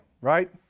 right